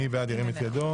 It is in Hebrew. מי בעד, ירים את ידו.